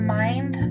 mind